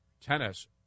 tennis